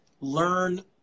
learn